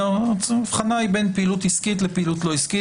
האבחנה היא בין פעילות עסקית לפעילות לא-עסקית.